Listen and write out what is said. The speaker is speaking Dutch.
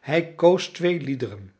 hij koos twee liederen